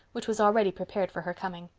which was already prepared for her coming.